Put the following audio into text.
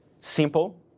simple